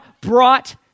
brought